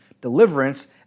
deliverance